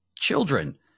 children